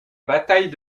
bataille